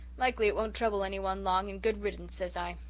likely it won't trouble any one long and good riddance, sez i.